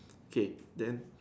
okay then